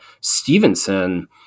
Stevenson